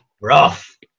rough